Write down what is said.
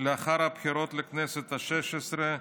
לאחר הבחירות לכנסת השש-עשרה,